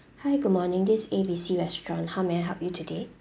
hi good morning this is A B C restaurant how may I help you today